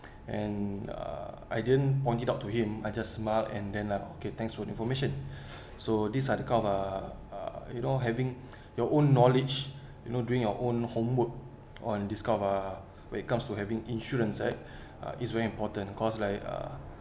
and uh I didn't point it out to him I just smile and then uh okay thanks for information so these are the kind of uh uh you know having your own knowledge you know doing your own homework on this kind of uh when it comes to having insurance right its very important cause like uh